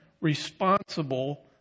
responsible